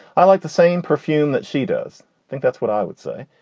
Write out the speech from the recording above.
i like the same perfume that she does think. that's what i would say.